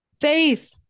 faith